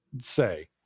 say